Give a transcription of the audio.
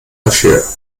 dafür